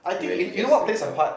really just to help